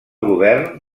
govern